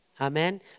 Amen